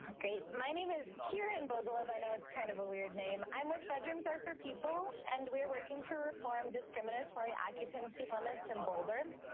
ah great. my name is kiran bogle of. i know it's kind of a weird name i'm with bedrooms are for people. and we're working to reform discriminatory occupancy limits and boulder.